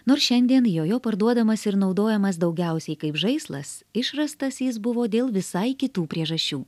nors šiandien joje parduodamas ir naudojamas daugiausiai kaip žaislas išrastas jis buvo dėl visai kitų priežasčių